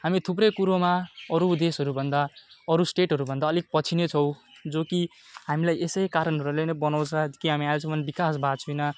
हामी थुप्रै कुरोमा अरू देशहरूभन्दा अरू स्टेटहरूभन्दा अलिक पछि नै छौँ जो कि हामीलाई यसै कारणहरूले नै बनाउँछ कि हामी आजसम्म विकास भएको छुइनँ